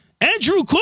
Andrew